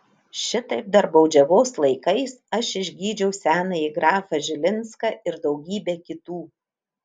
šitaip dar baudžiavos laikais aš išgydžiau senąjį grafą žilinską ir daugybę kitų